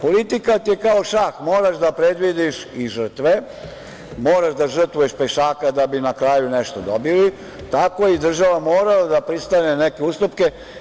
Politika ti je kao šah, moraš da predvidiš i žrtve, moraš da žrtvuješ pešaka da bi na kraju nešto dobili, tako i država mora da pristane na neke ustupke.